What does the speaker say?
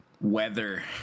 weather